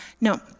No